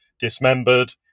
dismembered